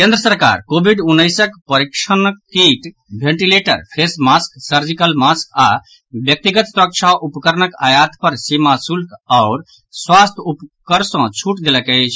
केन्द्र सरकार कोविड उन्नैस परीक्षण kit ventilator face mask surgical mask आओर व्यक्तिगत सुरक्षा उपकरणक आयात पर सीमा शुल्क आओर स्वास्थ्य उपकर सँ छूट देलक अछि